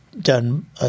done